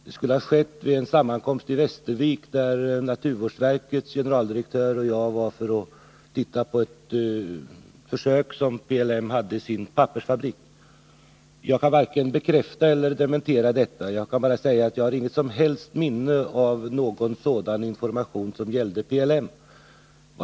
Det skulle ha skett vid en sammankomst i Västervik, där naturvårdsverkets generaldirektör och jag deltog för att se på ett försök som PLM gjorde i sin pappersfabrik. Jag kan varken bekräfta eller dementera detta utan bara säga att jag har inget som helst minne av någon information som gällde PLM.